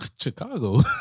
Chicago